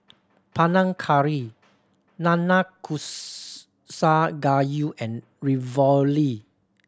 Panang Curry Nanakusa Gayu and Ravioli